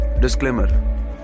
Disclaimer